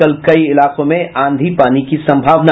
कल कई इलाकों में आंधी पानी की संभावना